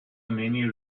many